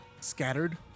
scattered